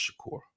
Shakur